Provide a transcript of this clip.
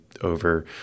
over